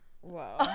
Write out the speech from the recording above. Whoa